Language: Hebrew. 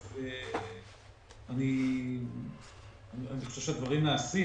אני חושב שהדברים נעשים.